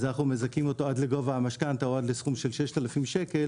אז אנחנו מזכים אותו עד לגובה המשכנתא או עד לסכום של 6,000 שקל,